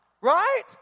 Right